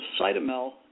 Cytomel